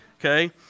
okay